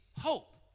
hope